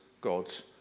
God's